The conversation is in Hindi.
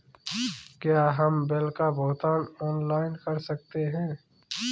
क्या हम बिल का भुगतान ऑनलाइन कर सकते हैं?